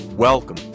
Welcome